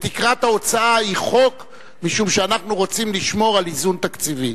תקרת ההוצאה היא חוק משום שאנחנו רוצים לשמור על איזון תקציבי.